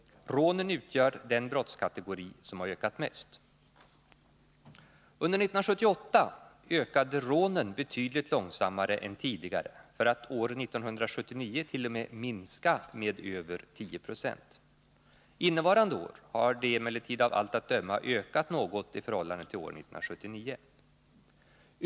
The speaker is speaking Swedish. Rånen utgör den brottskategori som har ökat mest. Under år 1978 ökade rånen betydligt långsammare än tidigare, för att år 19791. o. m. minska med över 10 96. Innevarande år har de emellertid av allt att döma ökat något i förhållande till år 1979.